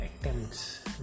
attempts